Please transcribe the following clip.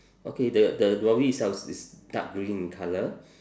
okay the the lorry itself is is dark green in colour